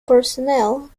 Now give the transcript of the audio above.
personnel